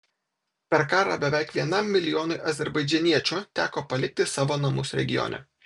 per karą beveik vienam milijonui azerbaidžaniečių teko palikti savo namus regione